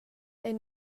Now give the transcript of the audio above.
ein